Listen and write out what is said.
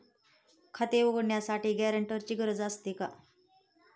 खाते उघडण्यासाठी गॅरेंटरची गरज असते का?